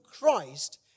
Christ